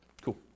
Cool